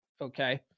Okay